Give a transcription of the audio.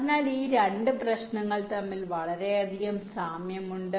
അതിനാൽ ഈ 2 പ്രശ്നങ്ങൾ തമ്മിൽ വളരെ സാമ്യമുണ്ട്